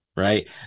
Right